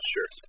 Sure